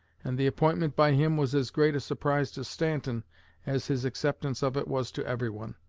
and the appointment by him was as great a surprise to stanton as his acceptance of it was to everyone.